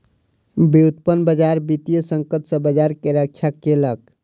व्युत्पन्न बजार वित्तीय संकट सॅ बजार के रक्षा केलक